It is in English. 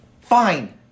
Fine